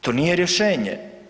To nije rješenje.